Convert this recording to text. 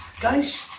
Guys